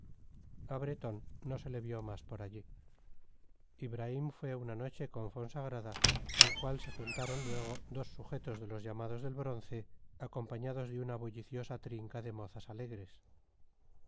a bretón no se le vio más por allí ibraim fue una noche con fonsagrada al cual se juntaron luego dos sujetos de los llamados del bronce acompañados de una bulliciosa trinca de mozas alegres